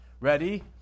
ready